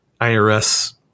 IRS